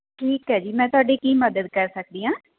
ਠੀਕ ਹੈ ਜੀ ਮੈਂ ਤੁਹਾਡੀ ਕੀ ਮਦਦ ਕਰ ਸਕਦੀ ਹਾਂ